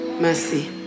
mercy